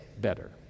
better